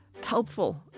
helpful